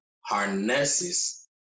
harnesses